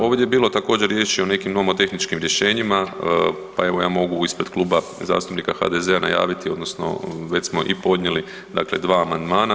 Ovdje je bilo također riječi o nekim nomotehničkim rješenjima, pa evo ja mogu ispred Kluba zastupnika HDZ-a najaviti, odnosno već smo i podnijeli, dakle dva amandmana.